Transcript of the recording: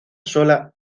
sola